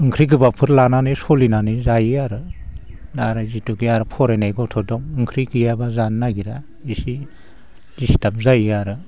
ओंख्रि गोबाबफोर लानानै सलिनानै जायो आरो दा आरो जिथुखे आर फरायनाय गथ' दं ओंख्रि गैयाब्ला जानो नागिरा एसे डिस्टार्ब जायो आरो